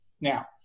Now